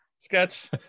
Sketch